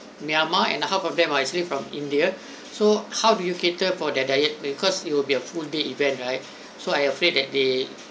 myanmar and a half of them are actually from india so how do you cater for their diet because it will be a full day event right so I afraid that they